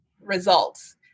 results